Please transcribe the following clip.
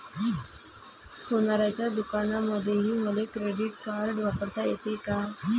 सोनाराच्या दुकानामंधीही मले क्रेडिट कार्ड वापरता येते का?